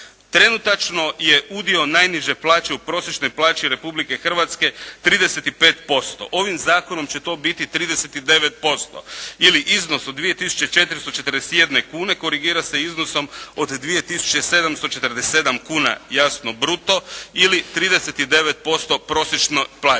Trenutačno je udio najniže plaće u prosječnoj plaći Republike Hrvatske 35%. Ovim zakonom će to biti 39% ili iznos od 2441 kune korigira se iznosom od 2747 kuna jasno bruto ili 39% prosječne plaće.